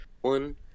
one